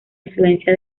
influencia